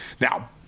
Now